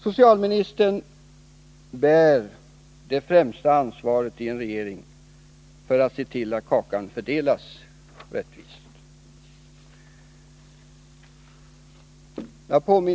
Socialministern bär huvudansvaret inom en regering för att kakan fördelas rättvist.